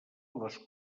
les